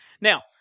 Now